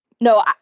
No